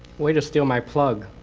way to steal my plug.